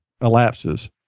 elapses